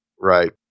Right